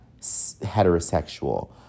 heterosexual